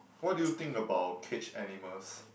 what do you think about caged animals